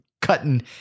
cutting